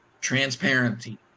transparency